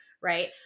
right